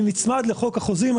אני נצמד לחוק החוזים.